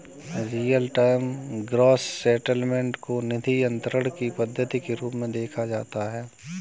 real time gross settlement को निधि अंतरण की पद्धति के रूप में देखा जाता है